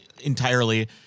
entirely